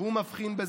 הוא מבחין בזה,